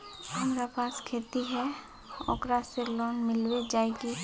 हमरा पास खेती है ओकरा से लोन मिलबे जाए की?